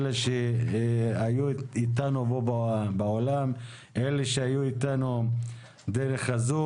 אלה שהיו אתנו באולם ואלה שהיו אתנו ב-זום.